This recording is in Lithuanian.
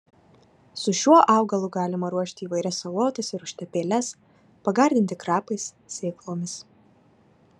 su šiuo augalu galima ruošti įvairias salotas ir užtepėles pagardinti krapais sėklomis